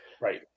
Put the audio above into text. Right